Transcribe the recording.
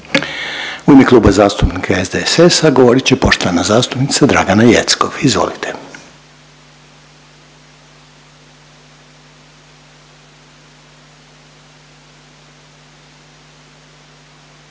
U ime Kluba zastupnika SDSS-a govorit će poštovana zastupnica Dragana Jeckov. Izvolite.